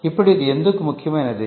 ఇప్పుడు ఇది ఎందుకు ముఖ్యమైనది